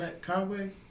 Conway